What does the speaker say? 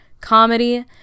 comedy